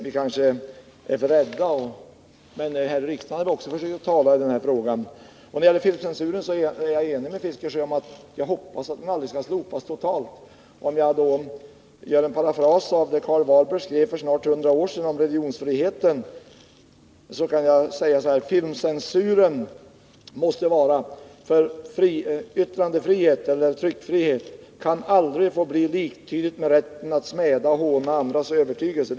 Vi kanske är för rädda av oss — men vi här i riksdagen har också försökt att tala i den här frågan. När det gäller filmcensuren är jag enig med Bertil Fiskesjö och hoppas att den aldrig skall slopas totalt. Om jag gör en parafras av vad Karl Warburg . skrev för snart hundra år sedan om religionsfriheten kan jag säga: " Filmcensuren måste vara kvar, ty yttrandefrihet eller tryckfrihet kan aldrig få bli liktydiga med rätten att smäda och håna andras övertygelse.